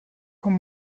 con